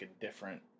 different